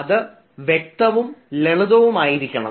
അത് വ്യക്തവും ലളിതവും ആയിരിക്കണം